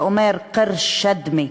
שאומר (אומרת בערבית ומתרגמת),